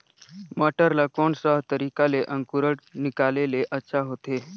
मटर ला कोन सा तरीका ले अंकुर निकाले ले अच्छा होथे?